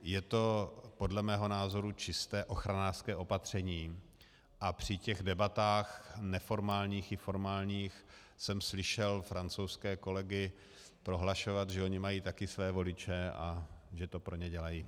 Je to podle mého názoru čisté ochranářské opatření a při debatách neformálních i formálních jsem slyšel francouzské kolegy prohlašovat, že oni mají také své voliče a že to pro ně dělají.